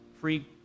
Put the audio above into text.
free